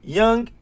young